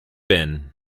bin